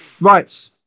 Right